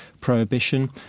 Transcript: Prohibition